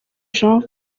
jean